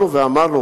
אמרנו